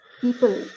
people